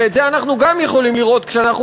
ואת זה אנחנו גם יכולים לראות כשאנחנו